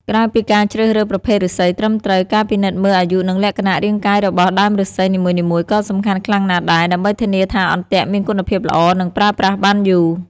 ក្រៅពីការជ្រើសរើសប្រភេទឫស្សីត្រឹមត្រូវ ការពិនិត្យមើលអាយុនិងលក្ខណៈរាងកាយរបស់ដើមឫស្សីនីមួយៗក៏សំខាន់ខ្លាំងណាស់ដែរ ដើម្បីធានាថាអន្ទាក់មានគុណភាពល្អនិងប្រើប្រាស់បានយូរ។